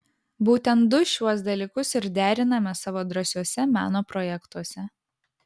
būtent du šiuos dalykus ir deriname savo drąsiuose meno projektuose